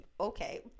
okay